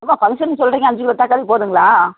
ஏம்மா ஃபங்க்ஷன் சொல்கிறீங்க அஞ்சு கிலோ தக்காளி போதுங்களா